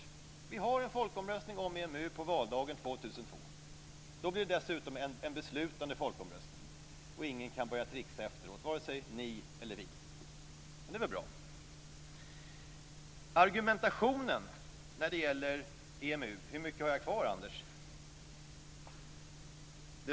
Om vi har en folkomröstning om EMU på valdagen 2002 blir det dessutom en beslutande folkomröstning, och ingen kan börja tricksa efteråt, vare sig ni eller vi. Det är väl bra? Jag vill bara säga att jag vill ha ett besked om folkomröstningsfrågan nu.